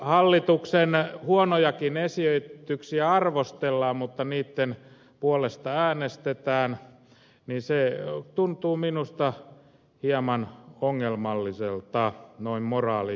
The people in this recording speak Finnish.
hallituksen huonojakin esityksiä arvostellaan mutta niitten puolesta äänestetään ja se tuntuu minusta hieman ongelmalliselta noin moraalin kannalta